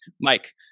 Mike